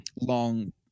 long